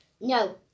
No